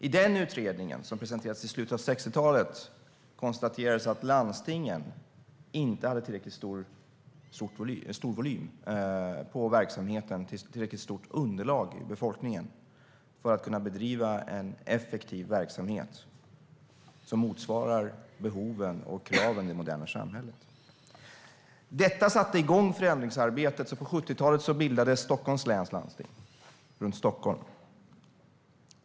I den utredningen konstaterades det att landstingen inte hade tillräckligt stor volym på verksamheten eller tillräckligt stort underlag i befolkningen för att kunna bedriva en effektiv verksamhet som motsvarar behoven och kraven i det moderna samhället. Detta satte igång förändringsarbetet, och på 70-talet bildades Stockholms läns landsting runt Stockholm.